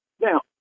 Now